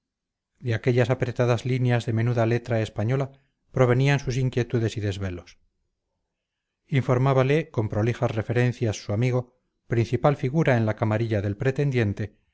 de aquellas apretadas líneas de menuda letra española provenían sus inquietudes y desvelos informábale con prolijas referencias su amigo principal figura en la camarilla del pretendiente